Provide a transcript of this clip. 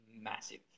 massive